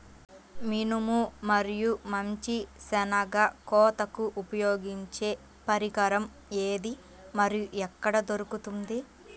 మినుము మరియు మంచి శెనగ కోతకు ఉపయోగించే పరికరం ఏది మరియు ఎక్కడ దొరుకుతుంది?